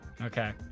okay